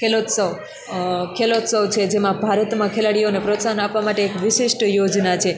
ખેલોત્સવ ખેલોત્સવ છે જેમાં ભારતમાં ખેલાડીઓને પ્રોત્સાહનો આપવા માટે વિશિષ્ટ યોજના છે